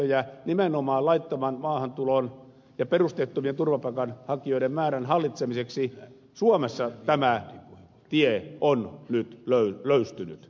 säädöstöjä nimenomaan laittoman maahantulon ja perusteettomien turvapaikanhakijoiden määrän hallitsemiseksi suomessa tämä tie on nyt löystynyt